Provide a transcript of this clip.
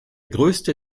grösste